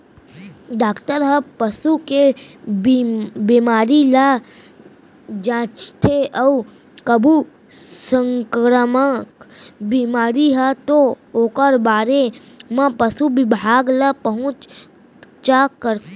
doctor हर पसू के बेमारी ल जांचथे अउ कभू संकरामक बेमारी हे तौ ओकर बारे म पसु बिभाग ल सूचित करथे